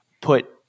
put